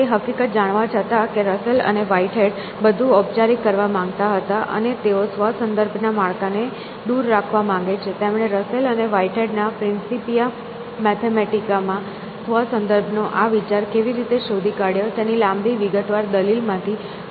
તે હકીકત જાણવા છતાં કે રસેલ અને વ્હાઇટહેડ બધું ઔપચારિક કરવા માંગતા હતા અને તેઓ સ્વ સંદર્ભના માળખાને દૂર રાખવા માંગે છે તેમણે રસેલ અને વ્હાઇટહેડ ના પ્રિન્સિપિયા મેથેમેટિકા માં સ્વ સંદર્ભનો આ વિચાર કેવી રીતે શોધી કાઢયો તેની લાંબી વિગતવાર દલીલ માંથી પસાર થવાની કોશિશ કરી